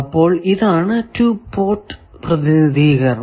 അപ്പോൾ ഇതാണ് 2 പോർട്ട് പ്രതിനിധീകരണം